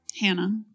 Hannah